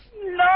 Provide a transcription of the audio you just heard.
No